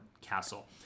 castle